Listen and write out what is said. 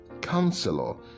Counselor